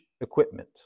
equipment